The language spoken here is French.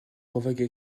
provoque